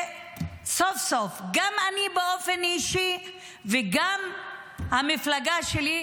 וסוף-סוף, גם אני באופן אישי וגם המפלגה שלי,